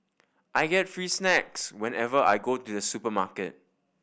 I get free snacks whenever I go to the supermarket